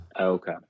Okay